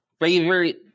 favorite